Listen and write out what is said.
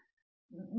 ಪ್ರತಾಪ್ ಹರಿದಾಸ್ ಹೌದು